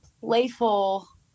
playful